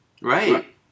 Right